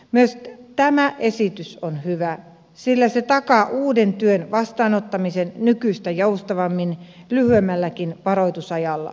myös tämä esitys on hyvä sillä se takaa uuden työn vastaanottamisen nykyistä joustavammin lyhyemmälläkin varoitusajalla